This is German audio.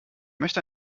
möchte